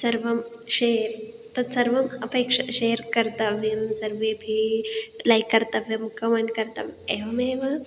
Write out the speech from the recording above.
सर्वं शेर् तत् सर्वम् अपेक्ष्य शेर् कर्तव्यं सर्वेऽपि लैक् कर्तव्यं कमेण्ट् कर्तव्यम् एवमेव